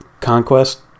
conquest